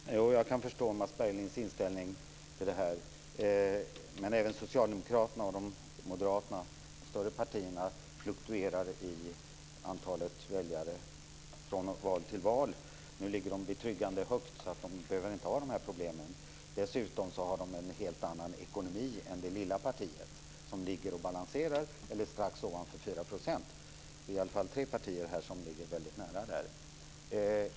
Fru talman! Jag kan förstå Mats Berglinds inställning. Men även Socialdemokraterna, moderaterna och de större partierna fluktuerar i antalet väljare från val till val. Nu ligger de betryggande högt så de behöver inte ha dessa problem. Dessutom har de en helt annan ekonomi än det lilla partiet som ligger och balanserar eller ligger strax över 4 %. Det är i alla fall tre partier som ligger väldigt nära den gränsen.